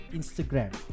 Instagram